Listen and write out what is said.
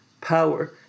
power